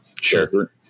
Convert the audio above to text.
Sure